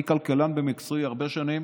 אני כלכלן במקצועי הרבה שנים,